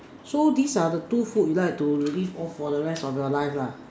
so these are the two food you like to live off for the rest of your lives are